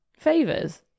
favors